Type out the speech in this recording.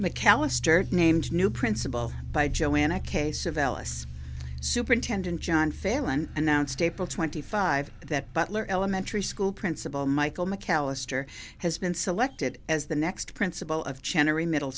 mcalister named new principal by joanna case of alice superintendent john failon announced april twenty five that butler elementary school principal michael mcallister has been selected as the next principal of generally middle